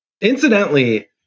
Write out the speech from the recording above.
Incidentally